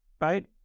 Right